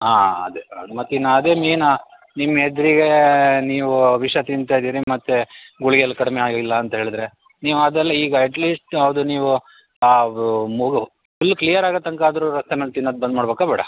ಹಾಂ ಅದೆ ಅದು ಮತ್ತೆ ಇನ್ನ ಅದೇ ಮೇನ ನಿಮ್ಮ ಎದುರಿಗೆ ನೀವು ವಿಷ ತಿಂತಾ ಇದ್ದೀರಿ ಮತ್ತು ಗುಳಿಗೆ ಅಲ್ಲಿ ಕಡಿಮೆ ಆಗಲಿಲ್ಲ ಅಂತ ಹೇಳದ್ರೆ ನೀವು ಅದೆಲ್ಲ ಈಗ ಅಟ್ಲೀಸ್ಟ್ ಯಾವುದು ನೀವು ಆ ಇದು ಫುಲ್ ಕ್ಲಿಯರ್ ಆಗೋ ತನಕ ಆದರೂ ರಸ್ತೆ ಮೇಲೆ ತಿನ್ನದು ಬಂದ್ ಮಾಡ್ಬೇಕು ಬೇಡ